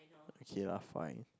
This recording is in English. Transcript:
okay lah fine